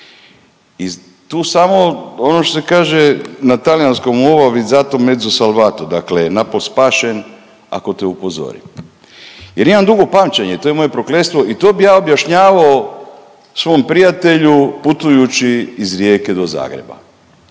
I tu samo ono što se kaže na talijanskom …/Govornik se ne razumije./… dakle na po spašen ako te upozorim. Jer imam dugo pamćenje, to je moje prokletstvo i to bih ja objašnjavao svom prijatelju putujući iz Rijeke do Zagreba.